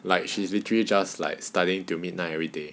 like she's literally just like studying to midnight every day